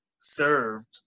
served